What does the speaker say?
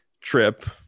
trip